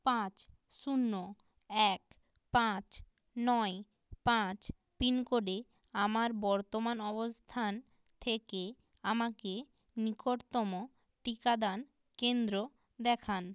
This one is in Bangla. পাঁচ শূন্য এক পাঁচ নয় পাঁচ পিনকোডে আমার বর্তমান অবস্থান থেকে আমাকে নিকটতম টিকাদান কেন্দ্র দেখান